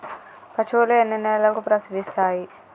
పశువులు ఎన్ని నెలలకు ప్రసవిస్తాయి?